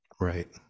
Right